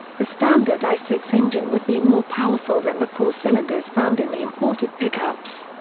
the standard i six engine would be more powerful than the four cylinders found in the imported pickups.